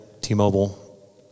T-Mobile